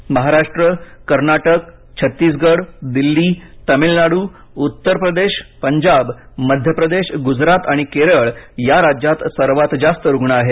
देशात महाराष्ट्र कर्नाटक छत्तीसगड दिल्ली तामिळनाडू उत्तर प्रदेश पंजाब मध्य प्रदेश गुजरात आणि केरळ या दहा राज्यात सर्वात जास्त रुग्ण आहेत